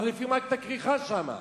מחליפים רק את הכריכה שם.